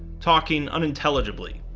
talking unintelligbly.